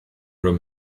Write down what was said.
room